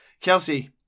kelsey